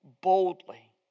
boldly